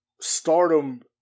stardom